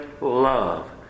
love